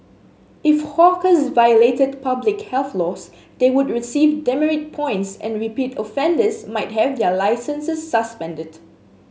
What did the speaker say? if hawkers violated public health laws they would receive demerit points and repeat offenders might have their licences suspended